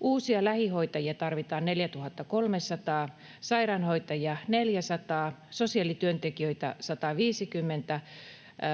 Uusia lähihoitajia tarvitaan 4 300, sairaanhoitajia 400, sosiaalityöntekijöitä 150,